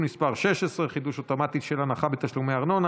מס' 16) (חידוש אוטומטי של הנחה בתשלומי ארנונה),